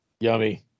Yummy